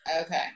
okay